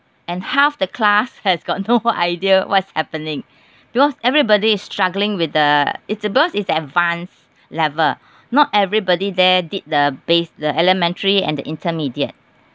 and half the class has got no idea what's happening because everybody is struggling with the it's because it's advanced level not everybody there did the base the elementary and the intermediate